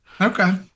Okay